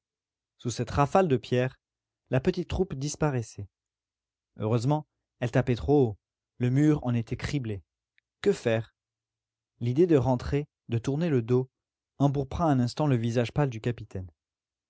sous cette rafale de pierres la petite troupe disparaissait heureusement elles tapaient trop haut le mur en était criblé que faire l'idée de rentrer de tourner le dos empourpra un instant le visage pâle du capitaine